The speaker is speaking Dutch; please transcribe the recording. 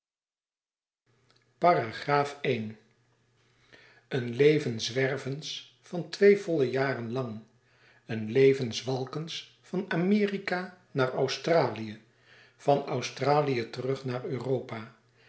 iv i een leven zwervens van twee volle jaren lang een leven zwalkens van amerika naar australië van australië terug naar europa